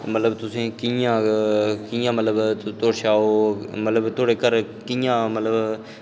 मतलब तुसें गी कि'यां मतलब कि'यां तुआढ़े शा मतलब तुआढ़े घर कि'यां